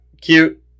Cute